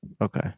Okay